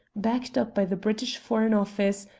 backed up by the british foreign office,